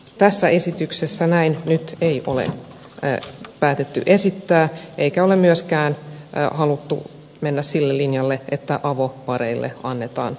tässä esityksessä näin nyt ei ole päätetty esittää eikä ole myöskään haluttu mennä sille linjalle että avopareille annetaan adoptio oikeus